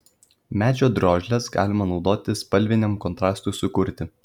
medžio drožles galima naudoti spalviniam kontrastui sukurti